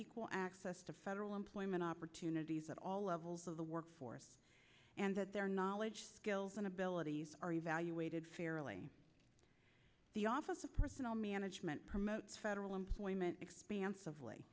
equal access to federal employment opportunities at all levels of the workforce and that their knowledge skills and abilities are evaluated fairly the office of personnel management promotes federal employment expans